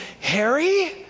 Harry